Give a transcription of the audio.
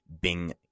bing